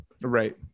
right